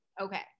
Okay